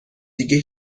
دیگه